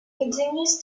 continues